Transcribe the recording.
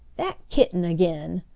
dat kitten again!